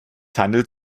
handelt